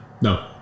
No